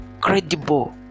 credible